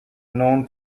known